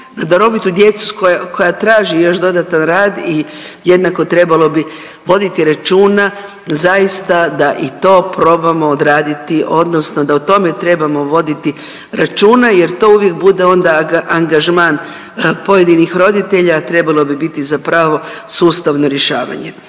na darovitu djecu koja traži još dodatan rad i jednako trebalo bi voditi računa zaista da i to probamo odraditi odnosno da o tome trebamo voditi računa jer to uvijek bude onda angažman pojedinih roditelja, a trebalo bi biti zapravo sustavno rješavanje